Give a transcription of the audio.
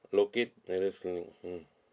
locate nearest clinic mm